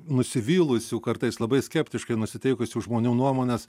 nusivylusių kartais labai skeptiškai nusiteikusių žmonių nuomones